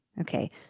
Okay